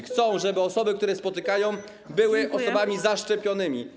Chcą, żeby osoby, które spotykają, były osobami zaszczepionymi.